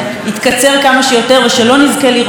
ושלא נזכה לראות את כנס הקיץ ולא נזכה